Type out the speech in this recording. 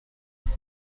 برای